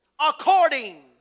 according